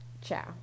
Ciao